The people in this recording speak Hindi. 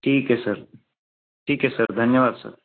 ठीक है सर ठीक है सर धन्यवाद सर